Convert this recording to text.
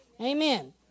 Amen